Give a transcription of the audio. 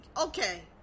okay